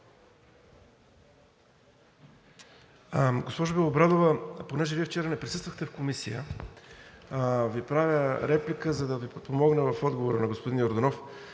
Госпожо Белобрадова, понеже Вие вчера не присъствахте в комисия, Ви правя реплика, за да Ви подпомогна в отговора на господин Йорданов.